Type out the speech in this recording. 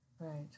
Right